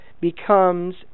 becomes